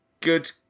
good